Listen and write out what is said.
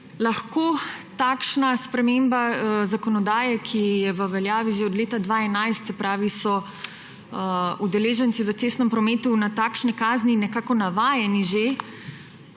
lahko takšna sprememba zakonodaje, ki je v veljavi že od leta 2011, se pravi, so udeleženci v cestnem prometu na takšne kazni že nekako navajani.